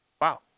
Wow